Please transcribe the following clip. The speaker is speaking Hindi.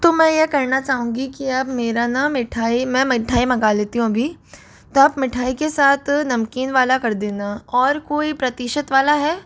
तो मैं यह कहना चाहूँगी कि आप मेरा ना मिठाई मैं मिठाई मंगा लेती हूँ अभी तो मिठाई के साथ नमकीन वाला कर देना और कोई प्रतिशित वाला है